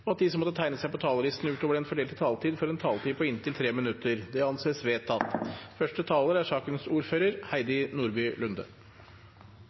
og at de som måtte tegne seg på talerlisten utover den fordelte taletid, får en taletid på inntil 3 minutter. – Det anses vedtatt. Første taler er ordfører for saken, Heidi Nordby Lunde.